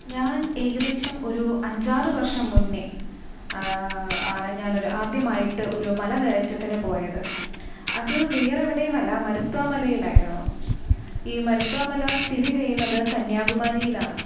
ഞാൻ ഏകദേശം ഒരു അഞ്ച് ആറ് വർഷം മുന്നെ ആണ് ഞാനൊരു ആദ്യമായിട്ട് ഒരു മലകയറ്റത്തിന് പോയത് അത് വേറെ എവിടെയുമല്ല മരുത്വാ മലയിലായിരുന്നു ഈ മരുത്വാ മല സ്ഥിതി ചെയ്യുന്നത് കന്യാകുമാരിയിലാണ്